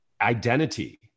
identity